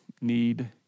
need